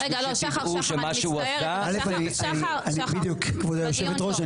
ובשביל שתדעו שמה שהוא עשה --- כבוד יושבת הראש,